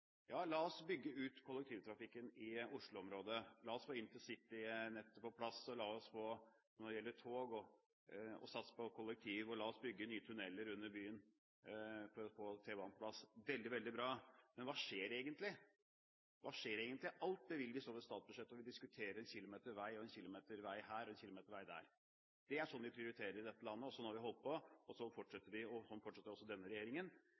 Ja, la oss bygge ut kollektivtrafikken i Oslo-området. La oss få intercitynettet på plass, la oss satse når det gjelder tog og kollektivtrafikk, og la oss bygge nye tuneller under byen for å få T-banen på plass. Veldig, veldig bra, men hva skjer egentlig? Alt bevilges over statsbudsjettet, og vi diskuterer en kilometer vei her og en kilometer vei der. Det er sånn vi prioriterer i dette landet, og sånn har vi holdt på. Sånn fortsetter vi, og sånn fortsetter også denne regjeringen.